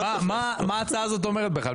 מה ההצעה הזאת אומרת בכלל?